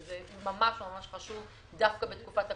זה ממש ממש חשוב דווקא בתקופת הקורונה.